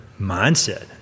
mindset